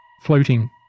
floating